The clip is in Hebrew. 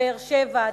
באר-שבע,